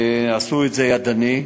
עשו את זה ידנית,